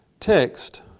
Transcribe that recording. Text